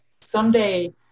Someday